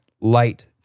light